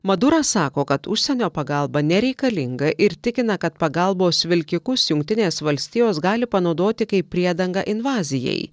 maduras sako kad užsienio pagalba nereikalinga ir tikina kad pagalbos vilkikus jungtinės valstijos gali panaudoti kaip priedangą invazijai